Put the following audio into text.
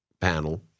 panel